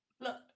Look